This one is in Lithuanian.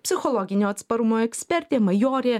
psichologinio atsparumo ekspertė majorė